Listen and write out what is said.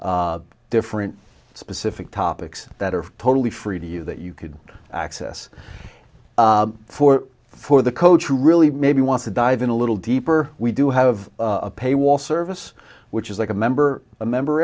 n different specific topics that are totally free to you that you could access for for the coach who really maybe wants to dive in a little deeper we do have a paywall service which is like a member a member